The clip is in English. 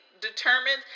determined